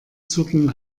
zucken